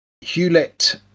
Hewlett